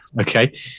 Okay